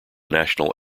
national